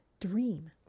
dream